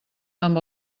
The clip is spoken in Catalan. amb